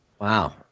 Wow